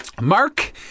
Mark